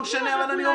לא משנה, אבל אני אומר.